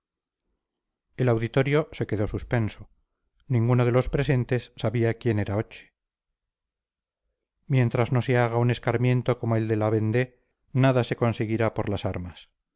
el auditorio se quedó suspenso ninguno de los presentes sabía quién era hoche mientras no se haga un escarmiento como el de la vendée nada se conseguirá por las armas